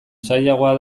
sailagoa